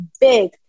big